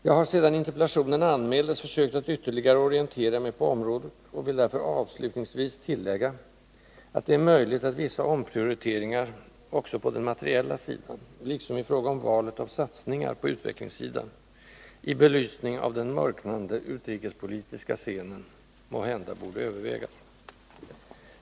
Jag har sedan interpellationen anmäldes försökt att ytterligare orientera mig på området och vill därför avslutningsvis tillägga att det är möjligt att vissa omprioriteringar också på den materiella sidan, liksom i fråga om valet av satsningar på utvecklingssidan, i belysning av den mörknande utrikespolitiska scenen, måhända borde övervägas.